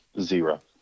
zero